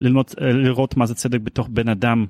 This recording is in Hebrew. לראות מה זה צדק בתוך בן אדם.